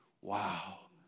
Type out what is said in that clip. Wow